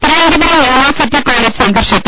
Thiruvananthapuram university college സംഘർഷത്തിൽ